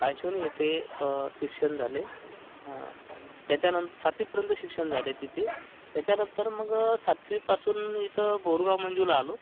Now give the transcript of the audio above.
कांचूनी येथे शिक्षण झाले त्यांच्या नं सातवीपर्यंत शिक्षण झाले तिथे त्यांच्यानंतर मग सातवीपासून इथं बोरगाव मंजूला आलो